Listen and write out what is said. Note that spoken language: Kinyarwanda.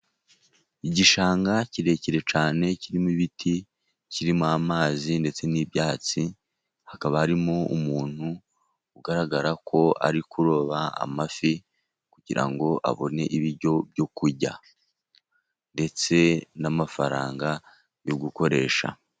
Igishanga kirekire cyane kirimo ibiti, kirimo amazi, ndetse n'ibyatsi. Hakaba harimo umuntu ugaragara ko ari kuroba amafi kugirango abone ibiryo byo kurya ndetse n'amafaranga yo gukoresha.